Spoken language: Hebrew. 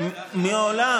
בדיוק ההפך.